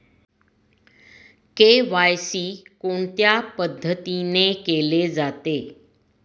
KYC कोणत्या पद्धतीने केले जाते?